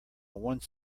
one